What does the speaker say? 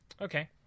Okay